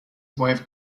wife